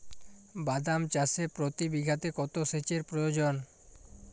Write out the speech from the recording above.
বাদাম চাষে প্রতি বিঘাতে কত সেচের প্রয়োজন?